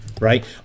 right